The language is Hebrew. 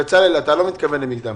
אתה לא מתכוון למקדמה,